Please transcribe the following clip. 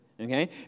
okay